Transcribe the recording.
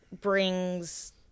brings